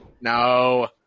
No